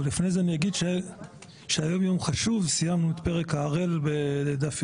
לפני זה אני אגיד שהיום יום חשוב: סיימנו את פרק הערל בדף יומי,